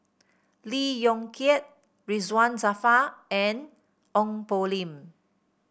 Lee Yong Kiat Ridzwan Dzafir and Ong Poh Lim